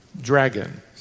dragon